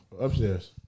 upstairs